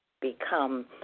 become